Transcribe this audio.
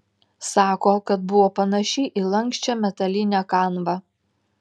sako kad buvo panaši į lanksčią metalinę kanvą